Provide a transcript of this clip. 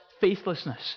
faithlessness